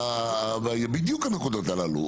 בדיוק הנקודות הללו,